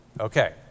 Okay